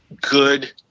good